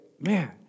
man